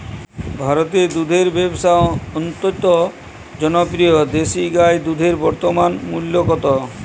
ভারতে দুধের ব্যাবসা অত্যন্ত জনপ্রিয় দেশি গাই দুধের বর্তমান মূল্য কত?